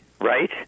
right